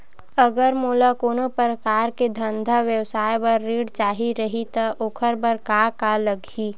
अगर मोला कोनो प्रकार के धंधा व्यवसाय पर ऋण चाही रहि त ओखर बर का का लगही?